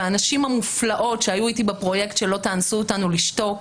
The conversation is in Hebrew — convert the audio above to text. והנשים המופלאות שהיו איתי בפרויקט של "לא תאנסו אותנו לשתוק",